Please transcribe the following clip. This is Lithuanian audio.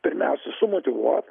pirmiausia sumotyvuoti